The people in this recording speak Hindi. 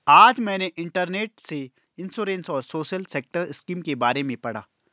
आज मैंने इंटरनेट से इंश्योरेंस और सोशल सेक्टर स्किम के बारे में पढ़ा